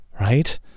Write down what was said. right